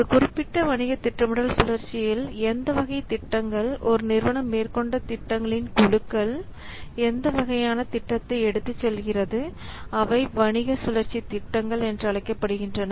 ஒரு குறிப்பிட்ட வணிக திட்டமிடல் சுழற்சியில் எந்த வகை திட்டங்கள் ஒரு நிறுவனம் மேற்கொண்ட திட்டங்களின் குழுக்கள் எந்த வகையான திட்டத்தை எடுத்துச் செல்கிறது அவை வணிக சுழற்சி திட்டங்கள் என்று அழைக்கப்படுகின்றன